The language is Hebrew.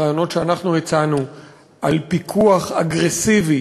הרעיונות שאנחנו הצענו לפיקוח אגרסיבי